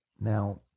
Now